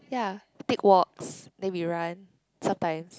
ya we take walks then we run sometimes